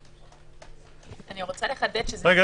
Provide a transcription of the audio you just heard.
רגע,